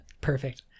perfect